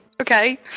Okay